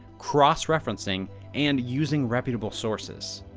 cross-referencing and using reputable sources.